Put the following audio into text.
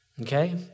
Okay